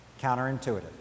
Counterintuitive